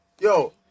Yo